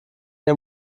ihr